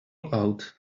out